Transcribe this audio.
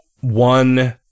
one